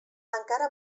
encara